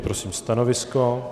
Prosím stanovisko?